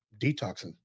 detoxing